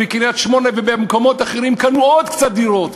בקרית-שמונה ובמקומות אחרים קנו עוד קצת דירות?